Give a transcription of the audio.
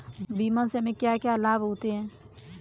बीमा से हमे क्या क्या लाभ होते हैं?